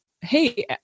hey